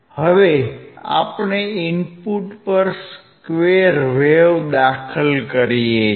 હવે આપણે ઇનપુટ પર સ્ક્વેર વેવ દાખલ કરીએ છીએ